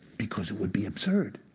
because it would be absurd.